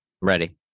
Ready